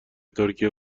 ترکیه